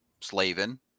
Slavin